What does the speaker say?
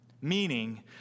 Meaning